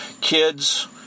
Kids